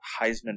Heisman